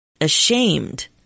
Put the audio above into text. ashamed